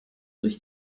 durch